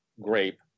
grape